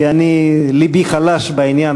כי לבי חלש בעניין.